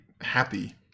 happy